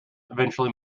eventually